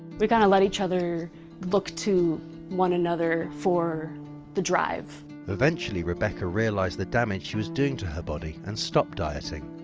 we kind of let each other look to one another for the drive. comm eventually rebecca realised the damage she was doing to her body and stopped dieting.